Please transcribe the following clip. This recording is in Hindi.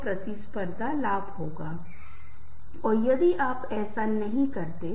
रिश्तों का निर्माण हमारे संचार पैटर्न पर निर्भर करता है